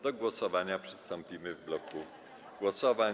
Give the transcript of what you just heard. Do głosowania przystąpimy w bloku głosowań.